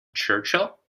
churchill